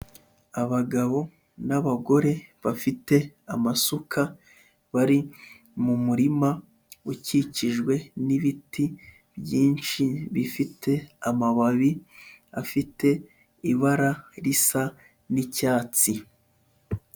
Abagabo n'abagore bafite amasuka, bari mu murima ukikijwe n'ibiti byinshi bifite amababi afite ibara risa n'icyatsi.